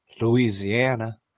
Louisiana